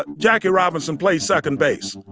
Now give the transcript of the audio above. but jackie robinson played second base.